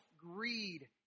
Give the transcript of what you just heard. greed